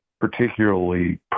particularly